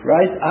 Right